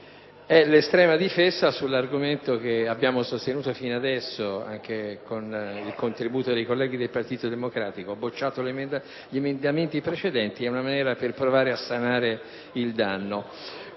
è l'estrema difesa sull'argomento che abbiamo sostenuto fino ad adesso, anche con il contributo dei colleghi del Partito Democratico. Bocciati gli emendamenti precedenti, era una maniera per provare a sanare il danno.